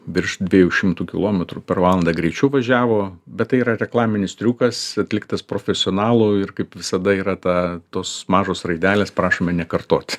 virš dviejų šimtų kilometrų per valandą greičiu važiavo bet tai yra reklaminis triukas atliktas profesionalo ir kaip visada yra ta tos mažos raidelės prašome nekartot